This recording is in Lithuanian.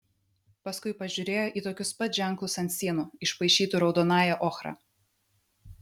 paskui pažiūrėjo į tokius pat ženklus ant sienų išpaišytų raudonąja ochra